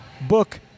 book